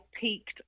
peaked